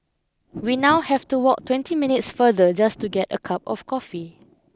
we now have to walk twenty minutes farther just to get a cup of coffee